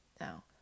Now